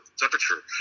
temperature